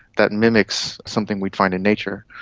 that mimics something we'd find in nature.